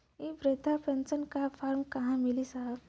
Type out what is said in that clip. इ बृधा पेनसन का फर्म कहाँ मिली साहब?